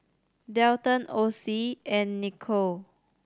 Dalton Ocie and Nichole